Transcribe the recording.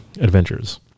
adventures